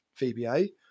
VBA